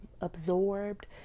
absorbed